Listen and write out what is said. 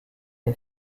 les